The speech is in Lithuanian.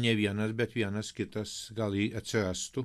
nė vienas bet vienas kitas gal ir atsirastų